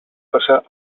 passar